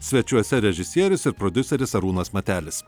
svečiuose režisierius ir prodiuseris arūnas matelis